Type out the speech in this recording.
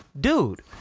dude